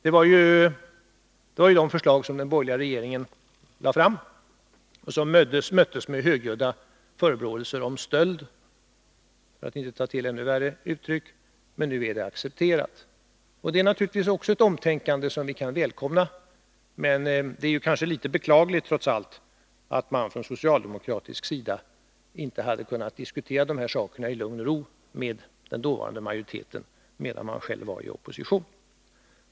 Det var ju dessa förslag som den borgerliga regeringen lade fram och som möttes av högljudda förebråelser om stöld — för att inte ta till ännu värre uttryck. Men nu är de accepterade. Det är ett omtänkande som vi naturligtvis kan välkomna, men det är trots allt litet beklagligt att socialdemokraterna inte kunde diskutera dessa saker i lugn och ro med den dåvarande majoriteten, medan de själva var i opposition.